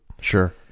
sure